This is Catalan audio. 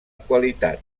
qualitat